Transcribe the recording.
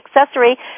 accessory